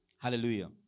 Hallelujah